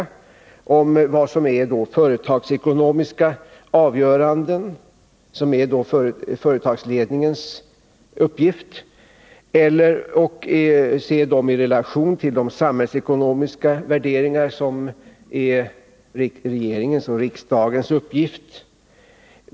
Det gäller då vad som är företagsekonomiska avgöranden, som det är företagsledningens uppgift att träffa, och se dem i relation till de samhällsekonomiska värderingar som det är riksdagens och regeringens uppgift att göra.